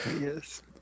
Yes